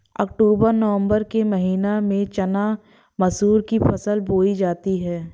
अक्टूबर नवम्बर के महीना में चना मसूर की फसल बोई जाती है?